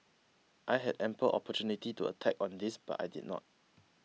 I had ample opportunity to attack on this but I did not